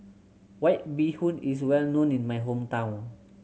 White Bee Hoon is well known in my hometown